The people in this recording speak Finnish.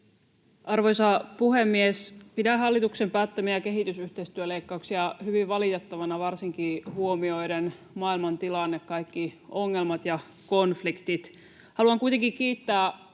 Arvoisa puhemies! Pidän hallituksen päättämiä kehitysyhteistyöleikkauksia hyvin valitettavina varsinkin huomioiden maailmantilanne, kaikki ongelmat ja konfliktit. Haluan kuitenkin kiittää